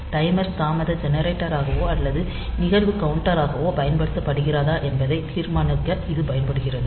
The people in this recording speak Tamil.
டைமர் தாமத ஜெனரேட்டராகவோ அல்லது நிகழ்வு கவுண்டராகவோ பயன்படுத்தப்படுகிறதா என்பதை தீர்மானிக்க இது பயன்படுகிறது